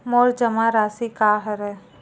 मोर जमा राशि का हरय?